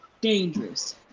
dangerous